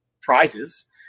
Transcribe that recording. prizes